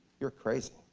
you're crazy.